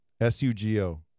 S-U-G-O